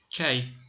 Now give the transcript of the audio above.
Okay